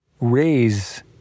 raise